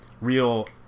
real